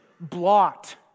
blot